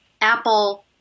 Apple –